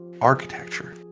architecture